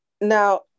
Now